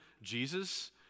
Jesus